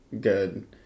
good